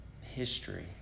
History